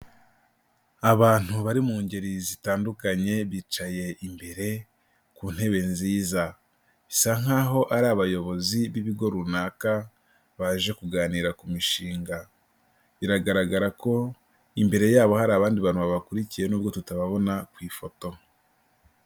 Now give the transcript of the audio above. Abantu bari mu ngeri zitandukanye, bicaye imbere ku ntebe nziza. Bisa nk'aho ari abayobozi b'ibigo runaka, baje kuganira ku mishinga. Biragaragara ko imbere yabo hari abandi bantu babakurikiye nubwo tutababona ku ifoto.